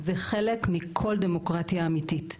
זה חלק מכל דמוקרטיה אמיתית.